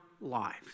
lives